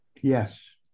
Yes